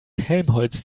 helmholtz